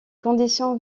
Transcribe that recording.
conditions